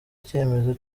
icyemezo